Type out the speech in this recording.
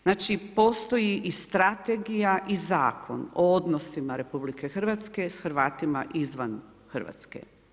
Znači, postoji i strategija i Zakon o odnosima RH s Hrvatima izvan Hrvatske.